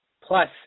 plus